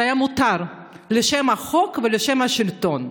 זה היה מותר בשם החוק ובשם השלטון,